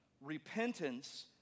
Repentance